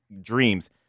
dreams